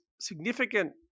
significant